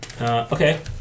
Okay